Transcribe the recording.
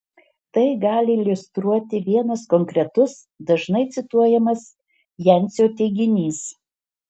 tai gali iliustruoti vienas konkretus dažnai cituojamas jancio teiginys